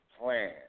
plan